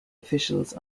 officials